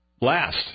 last